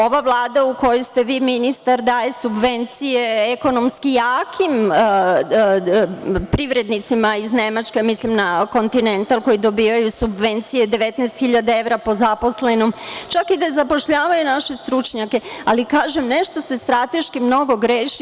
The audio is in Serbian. Ova Vlada u kojoj ste vi ministar daje subvencije ekonomski jakim privrednicima iz Nemačke, mislim na „Kontinental“ koji dobijaju subvencije 19.000 evra po zaposlenom, čak i da zapošljavaju naše stručnjake, ali nešto se strateški mnogo greši.